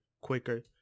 quicker